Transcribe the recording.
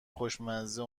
خوشمزه